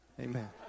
Amen